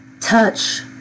touch